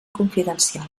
confidencial